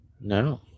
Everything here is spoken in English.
No